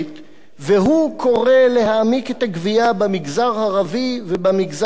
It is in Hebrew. והוא קורא להעמיק את הגבייה במגזר הערבי ובמגזר החרדי.